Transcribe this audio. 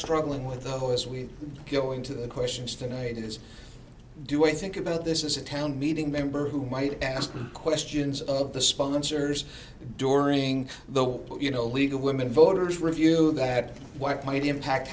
struggling with the whole as we go into the questions tonight is do a think about this is a town meeting member who might ask questions of the sponsors during the you know league of women voters review of that what might impact